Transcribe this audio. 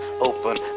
open